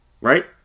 Right